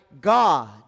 God